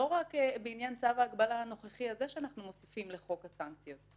לא רק בעניין צו ההגבלה הנוכחי הזה שאנחנו מוסיפים לחוק הסנקציות.